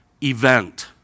event